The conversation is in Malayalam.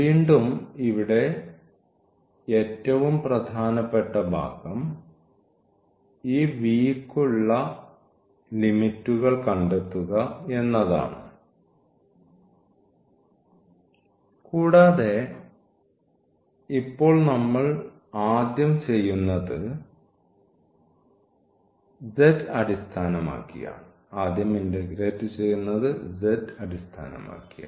വീണ്ടും ഇവിടെ ഏറ്റവും പ്രധാനപ്പെട്ട ഭാഗം ഈ V യ്ക്കുള്ള ഈ ലിമിറ്റുകൾ കണ്ടെത്തുക എന്നതാണ് കൂടാതെ ഇപ്പോൾ നമ്മൾ ആദ്യം ചെയ്യുന്നത് z അടിസ്ഥാനമാക്കിയാണ്